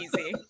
easy